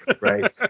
right